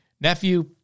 nephew